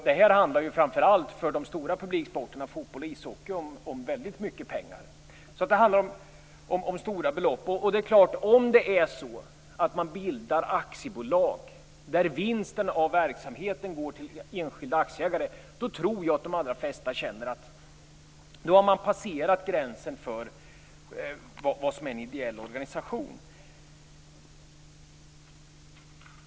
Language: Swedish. Det handlar framför allt för de stora publiksporterna fotboll och ishockey om väldigt mycket pengar. Det handlar om stora belopp. Om man bildar aktiebolag, där vinsten av verksamheten går till enskilda aktieägare, tror jag att de allra flesta känner att man har passerat gränsen för vad som är en ideell organisation.